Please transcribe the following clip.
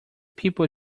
people